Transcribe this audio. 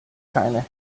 china